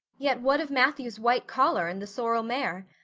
yet what of matthew's white collar and the sorrel mare?